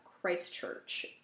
Christchurch